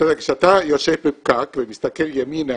כשאתה יושב בפקק ומסתכל ימינה,